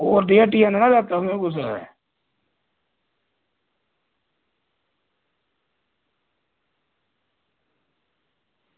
होर दी हट्टिया नेईं ना लैता तुसें